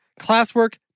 classwork